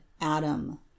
adam